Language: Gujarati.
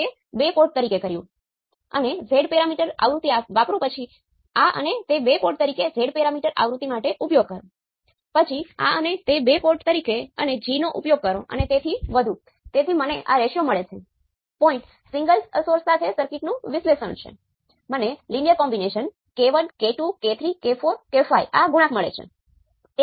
તેથી જો હું આ ત્રણ સમીકરણો સાથે તેને ઉકેલું તો આ એક તે એક અને તે એક તેથી અનિવાર્યપણે મને આ ઉકેલ મળશે જે V1 Vi V2 k × Vi અને V3 Vi છે